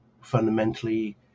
fundamentally